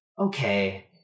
Okay